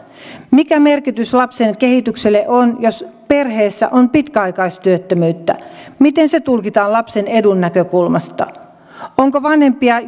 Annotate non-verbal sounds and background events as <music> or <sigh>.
mikä merkitys lapsen kehitykselle on jos perheessä on pitkäaikaistyöttömyyttä miten se tulkitaan lapsen edun näkökulmasta onko vanhempia <unintelligible>